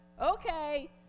okay